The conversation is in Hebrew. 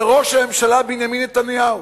זה ראש הממשלה, בנימין נתניהו.